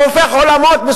שהופך עולמות.